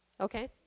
Okay